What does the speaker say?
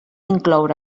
incloure